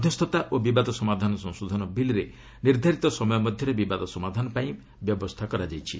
ମଧ୍ୟସ୍ଥତା ଓ ବିବାଦ ସମାଧାନ ସଂଶୋଧନ ବିଲ୍ରେ ନିର୍ଦ୍ଧାରିତ ସମୟ ମଧ୍ୟରେ ବିବାଦ ସମାଧାନ ପାଇଁ ବ୍ୟବସ୍ଥା ରଖାଯାଇଛି